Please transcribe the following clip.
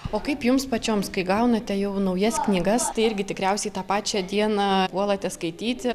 o kaip jums pačioms kai gaunate jau naujas knygas tai irgi tikriausiai tą pačią dieną puolate skaityti